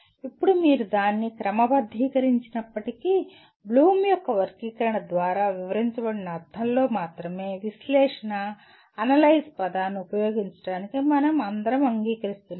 ఇప్పుడు మీరు దాన్ని క్రమబద్ధీకరించినప్పటికీ బ్లూమ్ యొక్క వర్గీకరణ ద్వారా వివరించబడిన అర్థంలో మాత్రమే విశ్లేషణఅనలైజ్ పదాన్ని ఉపయోగించడానికి మనం అందరూ అంగీకరిస్తున్నాము